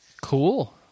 Cool